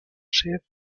chef